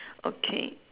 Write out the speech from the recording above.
okay